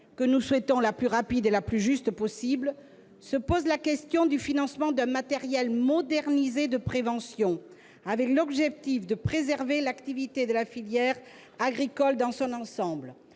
que nous souhaitons la plus rapide et la plus juste possible -se pose la question du financement d'un matériel modernisé de prévention avec l'objectif de préserver l'activité de la filière agricole dans son ensemble.